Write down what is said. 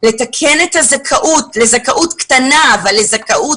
לתקן את הזכאות לזכאות קטנה אבל לזכאות